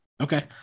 Okay